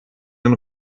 den